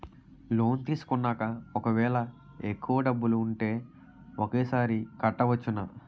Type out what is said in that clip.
Loan తీసుకున్నాక ఒకవేళ ఎక్కువ డబ్బులు ఉంటే ఒకేసారి కట్టవచ్చున?